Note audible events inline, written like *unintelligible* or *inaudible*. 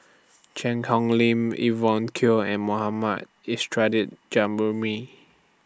Cheang Hong Lim Evon Kow and Mohammad *unintelligible*